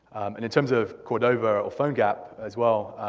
and in terms of cordova or phonegap as well,